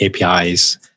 APIs